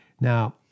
Now